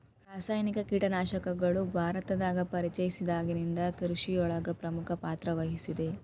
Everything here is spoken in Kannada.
ರಾಸಾಯನಿಕ ಕೇಟನಾಶಕಗಳು ಭಾರತದಾಗ ಪರಿಚಯಸಿದಾಗನಿಂದ್ ಕೃಷಿಯೊಳಗ್ ಪ್ರಮುಖ ಪಾತ್ರವಹಿಸಿದೆ